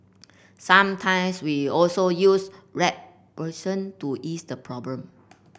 sometimes we also use rat poison to ease the problem